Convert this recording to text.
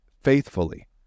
faithfully